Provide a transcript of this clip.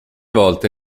volte